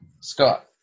Scott